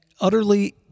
utterly